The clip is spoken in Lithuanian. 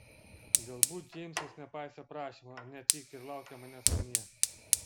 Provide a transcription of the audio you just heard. galbūt džeimsas nepaisė prašymo neatvykti ir laukia manęs namie